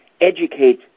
educate